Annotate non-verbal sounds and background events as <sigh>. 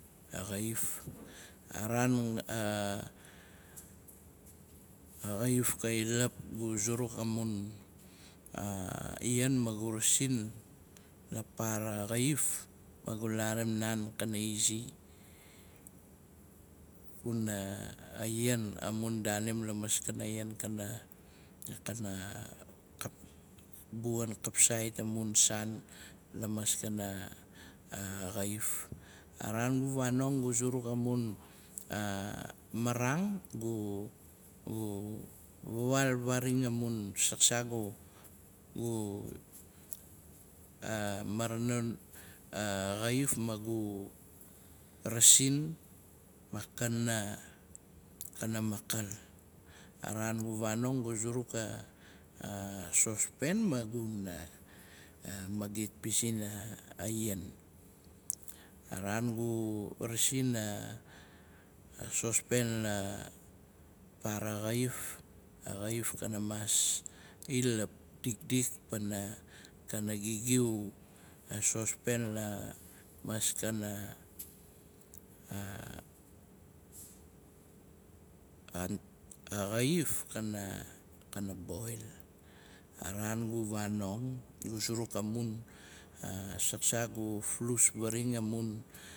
A raan a xaif ka- i lap, gu zuruk amun yan magu rasin la para xaif, magu larim naan kana izi. kuna ayan amun daanim lamaskana yan kana kana <unintelligible> amun saan lamaskana xaif. A raan gu vanong gu zuruk amun a maraang gu vaal faraxaing amun saksak gu- gu- gu marana xaif magu rasin ma kana makat. A raan gu vanong gu zuruk asospen maguna magit pizin a yan. A raan gu rasin a sospen la para xaif, a xaif kana mas i lapdikdik pana kana gigiu a sospen lamaskana <hesitation> a xaif kana boil. A raan gu vanong, gu amun saksak, zurk gu flus faraxain amun.